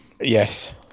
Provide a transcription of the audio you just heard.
yes